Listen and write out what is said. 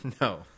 No